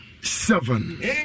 seven